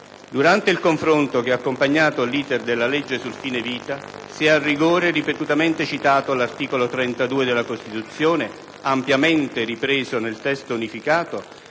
Durante il confronto che ha accompagnato l'*iter* della legge sul fine vita, si è a rigore ripetutamente citato l'articolo 32 della Costituzione, ampiamente ripreso nel testo unificato,